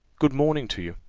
good morning to you.